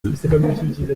deux